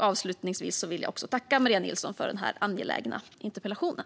Avslutningsvis vill jag tacka Maria Nilsson för den angelägna interpellationen.